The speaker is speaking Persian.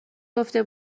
گفته